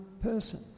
person